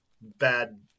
bad